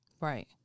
Right